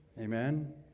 Amen